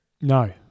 No